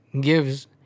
Gives